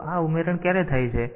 તો આ ઉમેરણ ક્યારે થાય છે